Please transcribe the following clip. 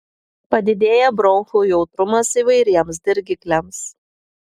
padidėja bronchų jautrumas įvairiems dirgikliams